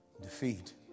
defeat